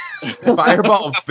Fireball